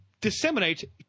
disseminate